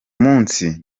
munsi